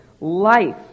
Life